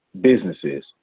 businesses